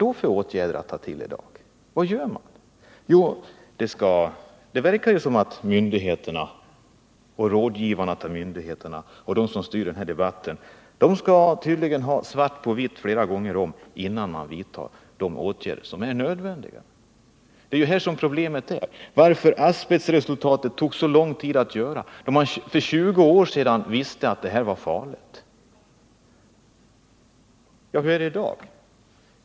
Det förefaller som om myndigheterna och deras rådgivare samt de som styr denna debatt skall ha svart på vitt flera gånger om innan de vidtar erforderliga åtgärder. Häri ligger problemet. Varför tog det så lång tid att få fram asbestresultat, när man visste för 20 år sedan att asbest var farligt? Hur är det i dag?